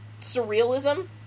surrealism